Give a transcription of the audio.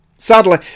Sadly